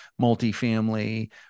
multifamily